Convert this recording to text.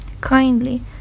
kindly